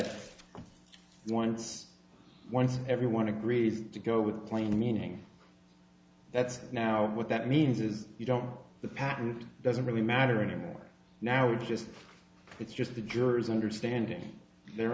instead once one everyone agreed to go with plain meaning that's now what that means is you don't know the patent doesn't really matter anymore now it's just it's just the jurors understanding their